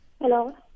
Hello